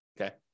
okay